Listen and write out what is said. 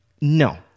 No